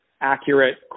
accurate